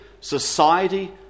society